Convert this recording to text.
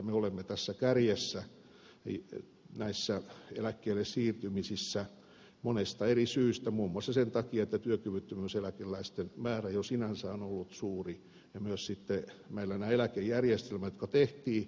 me olemme kärjessä näissä eläkkeelle siirtymisissä monesta eri syystä muun muassa sen takia että työkyvyttömyyseläkeläisten määrä jo sinänsä on ollut suuri ja meillä myös näiden eläkejärjestelmien takia jotka tehtiin